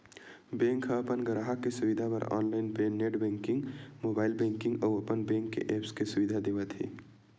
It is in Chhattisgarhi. बेंक ह अपन गराहक के सुबिधा बर online net banking, mobile banking अउ अपन बेंक के ऐप्स के सुबिधा देवत हे